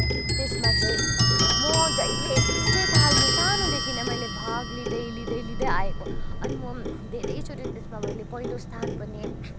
त्यसमा चाहिँ म जहिले जुन चाहिँ साल म सानोदेखि नै मैले भाग लिँदै लिँदै लिँदै आएको अनि म धेरैचोटि त्यसमा मैले पहिलो स्थान पनि